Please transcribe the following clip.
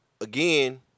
again